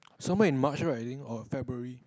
somewhere in March right I think or February